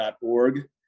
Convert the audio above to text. org